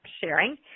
sharing